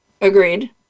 agreed